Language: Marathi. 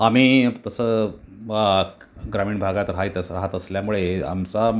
आम्ही तसं ग्रामीण भागात राहात अस राहात असल्यामुळे आमचा